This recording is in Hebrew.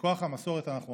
מכוח המסורת אנחנו עם.